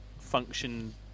function